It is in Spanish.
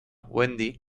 wendy